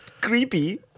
creepy